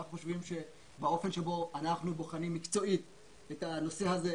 אנחנו חושבים שבאופן שבו אנחנו בוחנים מקצועית את הנושא הזה,